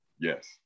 Yes